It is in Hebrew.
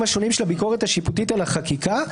השונים של הביקורת השיפוטית על החקיקה,